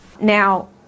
Now